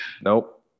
Nope